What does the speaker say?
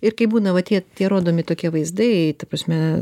ir kai būna va tie tie rodomi tokie vaizdai ta prasme